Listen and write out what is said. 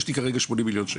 יש לי כרגע 80 מיליון שקל.